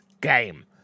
game